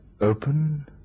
Open